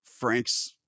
Frank's